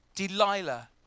Delilah